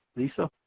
lisa